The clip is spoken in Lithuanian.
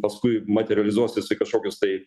paskui materializuosis į kažkokius tai